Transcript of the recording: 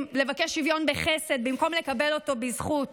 לבקש שוויון בחסד במקום לקבל אותו בזכות,